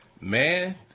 man